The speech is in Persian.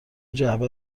جعبه